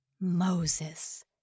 Moses